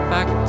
Back